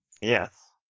Yes